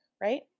right